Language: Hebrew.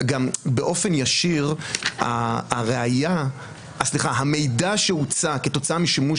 באופן ישיר המידע שהוצא כתוצאה משימוש